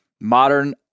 modern